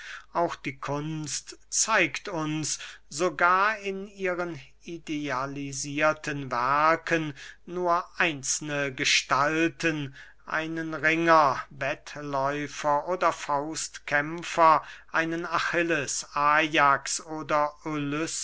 auch die kunst zeigt uns sogar in ihren idealisierten werken nur einzelne gestalten einen ringer wettläufer oder faustkämpfer einen achilles ajax oder